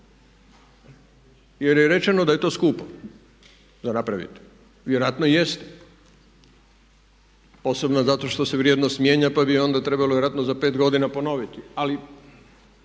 jer je rečeno da je to skupo za napraviti. Vjerojatno i jeste, posebno zato što se vrijednost mijenja pa bi onda trebalo vjerojatno za pet godina ponoviti